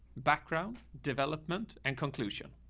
background development and conclusion.